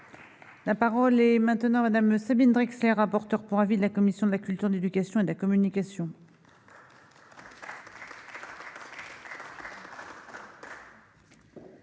La parole est maintenant Madame Sabine Draxler, rapporteur pour avis de la commission de la culture, l'éducation et de la communication.